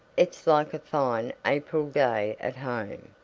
it's like a fine april day at home.